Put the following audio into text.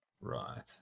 Right